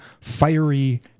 fiery